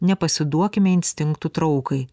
nepasiduokime instinktų traukai